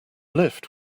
lift